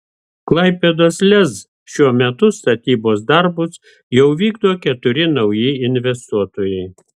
klaipėdos lez šiuo metu statybos darbus jau vykdo keturi nauji investuotojai